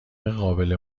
قابل